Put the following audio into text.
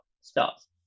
starts